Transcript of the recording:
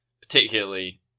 particularly